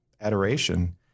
adoration